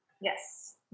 Yes